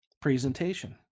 Presentation